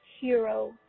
hero